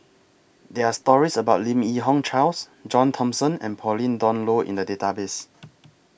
There Are stories about Lim Yi Yong Charles John Thomson and Pauline Dawn Loh in The Database